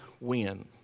win